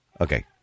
Okay